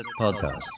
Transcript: Podcast